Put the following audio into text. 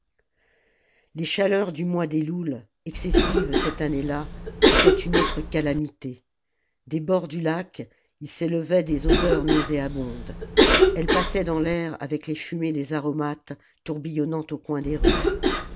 les chaleurs du mois d'eloul excessives cette année là étaient une autre calamité des bords du lac il s'élevait des odeurs nauséabondes elles passaient dans l'air avec les fumées des aromates tourbillonnant au coin des rues